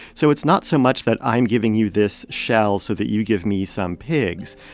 so it's not so much that i'm giving you this shell so that you give me some pigs.